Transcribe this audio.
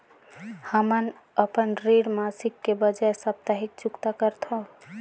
हमन अपन ऋण मासिक के बजाय साप्ताहिक चुकता करथों